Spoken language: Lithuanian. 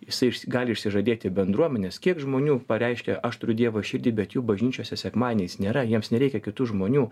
jisai išsi gali išsižadėti bendruomenės kiek žmonių pareiškė aš turiu dievą širdy bet jų bažnyčiose sekmadieniais nėra jiems nereikia kitų žmonių